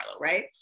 right